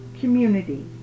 community